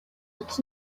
its